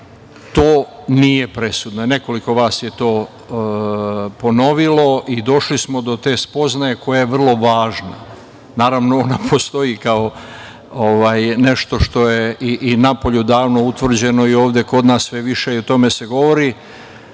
to nije presudno. Nekoliko vas je to ponovilo i došli smo do te spoznaje koja je vrlo važna. Naravno, ona postoji kao nešto što je i napolju davno utvrđeno i ovde kod nas o tome se sve više govori,